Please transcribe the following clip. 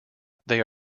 they